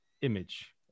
image